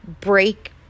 break